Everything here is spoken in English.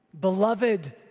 Beloved